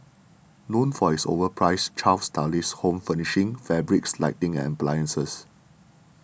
known for its overpriced chic stylish home furnishings fabrics lighting and appliances